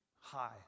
high